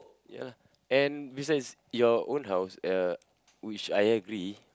ya lah and besides your own house uh which I agree